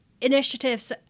initiatives